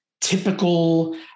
typical